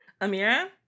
Amira